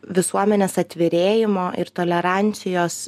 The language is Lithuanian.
visuomenės atvirėjimo ir tolerancijos